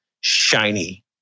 shiny